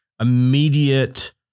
immediate